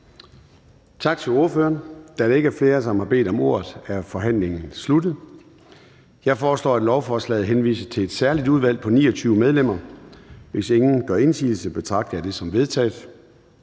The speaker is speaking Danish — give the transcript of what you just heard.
Tak til ordføreren. Da der ikke er flere, som har bedt om ordet, er forhandlingen sluttet. Jeg foreslår, at lovforslaget henvises til et særligt udvalg på 29 medlemmer. Hvis ingen gør indsigelse, betragter jeg det som vedtaget.